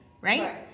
right